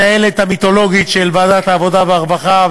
המנהלת המיתולוגית של ועדת העבודה והרווחה,